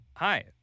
Hi